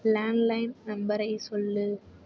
landline நம்பரை சொல்